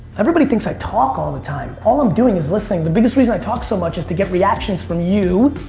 everybody thinks i talk all the time. all i'm doing is listening. the biggest reason i talk so much is to get reactions from you,